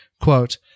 Quote